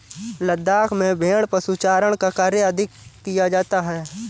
लद्दाख में भेड़ पशुचारण का कार्य अधिक किया जाता है